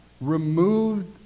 removed